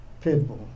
people